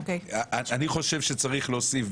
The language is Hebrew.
חושב שצריך להוסיף,